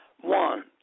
one